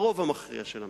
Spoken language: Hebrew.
ברוב המכריע של המקרים.